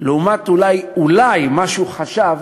לעומת אולי, אולי, מה שהוא חשב